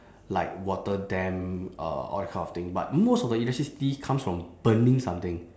like water dam uh all that kind of thing but most of the electricity comes from burning something